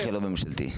איכילוב ממשלתי.